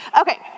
Okay